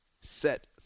set